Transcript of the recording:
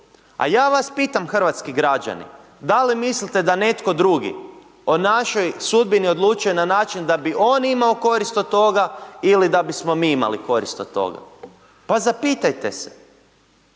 a ja vas pitam hrvatski građani, da li mislite da netko drugi o našoj sudbini odlučuje na način da bi on imao korist od toga ili da bismo mi imali korist od toga, pa zapitajte se,